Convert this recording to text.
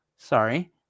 sorry